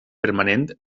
permanent